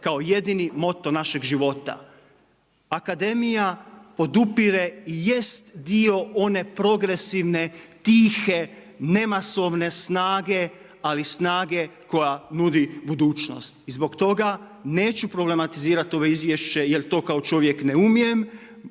kao jedini moto našeg života. Akademija, podupire i jest dio one progresivne, tihe, ne masovne snage, ali snage koja nudi budućnost i zbog toga neću problematizirati ove izvješće jer to kao čovjek ne umijem,